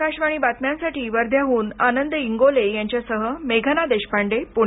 आकाशवाणी बातम्यांसाठी वध्याहून आनंद इंगोले यांच्यासह मेघना देशपांडे पुणे